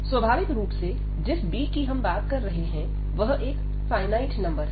स्वाभाविक रूप से जिस b की हम बात कर रहे हैं वह एक फाइनाइट नंबर है